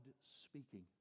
speaking